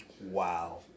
Wow